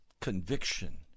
conviction